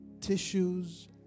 tissues